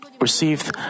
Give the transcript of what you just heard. received